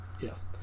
Yes